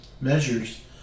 measures